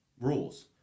rules